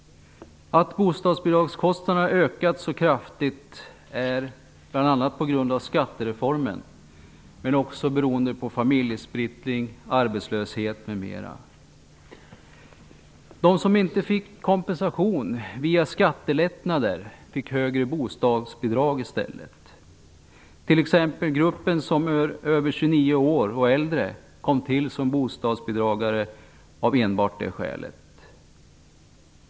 Att bostadsbidragskostnaderna har ökat så kraftigt beror bl.a. på skattereformen men också på familjesplittring, arbetslöshet m.m. De som inte fick kompensation via skattelättnader fick högre bostadsbidrag i stället. T.ex. kom gruppen 29 år och äldre till som bostadsbidragstagare av enbart det skälet.